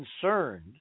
concerned